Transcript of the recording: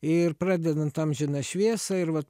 ir pradedant amžiną šviesą ir vat